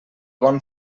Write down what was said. bon